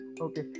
okay